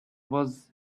was